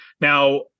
Now